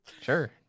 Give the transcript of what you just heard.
Sure